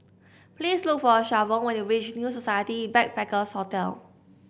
please look for Shavon when you reach New Society Backpackers' Hotel